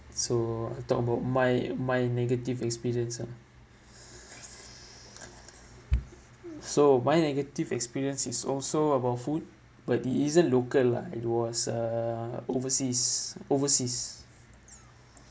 so I talk about my my negative experience ah so by negative experience is also about food but it isn't local lah it was uh overseas overseas